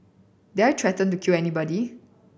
did I threaten to kill anybody